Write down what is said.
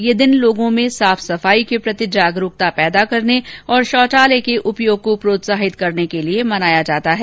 यह दिन लोगों में साफ सफाई के प्रति जागरूकता पैदा करने और शौचालय के उपयोग को प्रोत्साहित करने के लिए मनाया जाता है